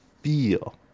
feel